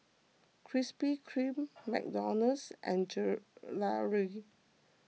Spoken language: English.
Krispy Kreme McDonald's and Gelare